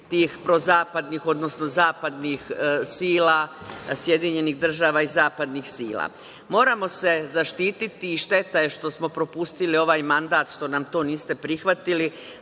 tih prozapadnih, odnosno zapadnih sila, Sjedinjenih država i zapadnih sila. Moramo se zaštiti i šteta je što smo propustili ovaj mandat što nam to niste prihvatili,